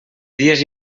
dies